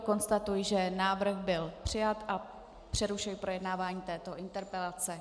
Konstatuji, že návrh byl přijat, a přerušuji projednávání této interpelace.